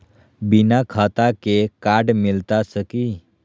बिना खाता के कार्ड मिलता सकी?